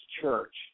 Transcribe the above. church